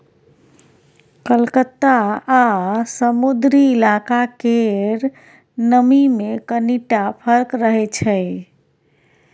कलकत्ता आ समुद्री इलाका केर नमी मे कनिटा फर्क रहै छै